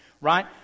right